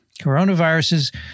coronaviruses